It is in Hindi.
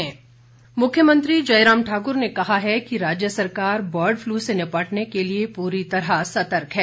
मुख्यमंत्री मुख्यमंत्री जयराम ठाकुर ने कहा है कि राज्य सरकार बर्ड फ्लू से निपटने के लिए पूरी तरह सतर्क है